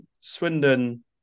Swindon